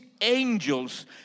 angels